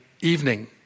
evening